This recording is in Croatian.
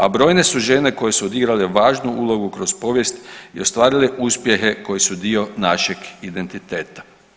A brojne su žene koje su odigrale važnu ulogu kroz povijest i ostvarile uspjehe koji su dio našeg identiteta.